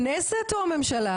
כנסת או הממשלה?